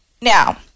Now